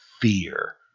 fear